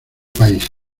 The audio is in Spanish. país